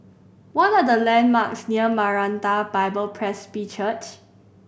what are the landmarks near Maranatha Bible Presby Church